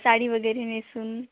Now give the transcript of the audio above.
साडी वगैरे नेसून